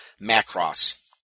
macross